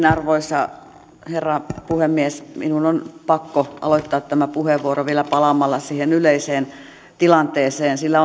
arvoisa herra puhemies minun on pakko aloittaa tämä puheenvuoro vielä palaamalla siihen yleiseen tilanteeseen sillä